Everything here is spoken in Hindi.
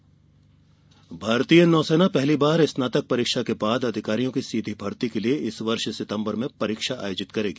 नौसेना परीक्षा भारतीय नौसेना पहली बार स्नातक परीक्षा के बाद अधिकारियों की सीधी भर्ती के लिए इस वर्ष सितम्बर में परीक्षा आयोजित करेगी